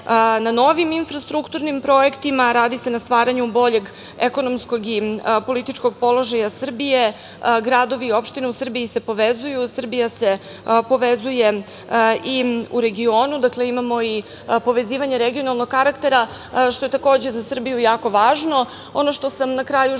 na novim infrastrukturnim projektima, radi se na stvaranju boljeg ekonomskog i političkog položaja Srbije. Gradovi, opštine u Srbiji se povezuju. Srbija se povezuje i u regionu. Dakle, imamo i povezivanje regionalnog karaktera, što je takođe za Srbiju jako važno. Ono što sam na kraju želela